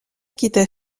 quitta